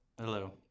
Hello